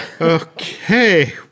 Okay